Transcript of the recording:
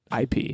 ip